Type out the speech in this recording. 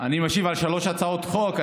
אני משיב על שלוש הצעות חוק.